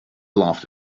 laughed